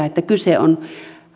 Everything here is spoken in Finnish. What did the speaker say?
että kyse on